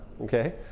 okay